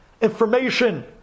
information